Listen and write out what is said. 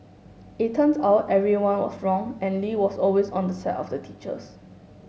it turns out everyone was wrong and Lee was always on the side of the teachers